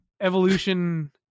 Evolution